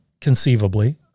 conceivably